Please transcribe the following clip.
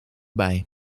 bij